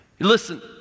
Listen